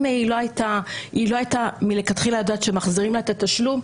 אם היא לא הייתה יודעת מלכתחילה שמחזירים לה את התשלום,